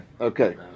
Okay